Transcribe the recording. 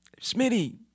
Smitty